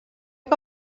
que